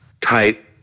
type